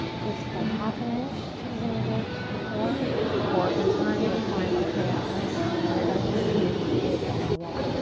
just like half an inch to even engage the core or in time you'll find okay, i'm gonna come all the way back here to engage my full abdominal wall.